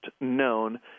known